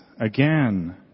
again